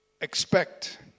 Expect